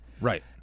Right